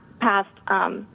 Past